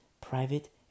private